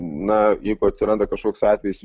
na jeigu atsiranda kažkoks atvejis